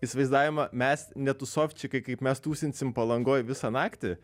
įsivaizdavimą mes netūsovčikai kaip mes tūsinsim palangoj visą naktį